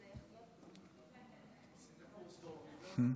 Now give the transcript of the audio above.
עשית קורס באוניברסיטה.